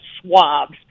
swabs